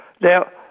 Now